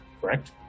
correct